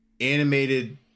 animated